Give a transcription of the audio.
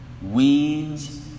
Weeds